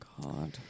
God